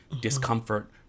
discomfort